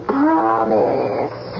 promise